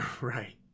Right